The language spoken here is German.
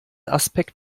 aspekt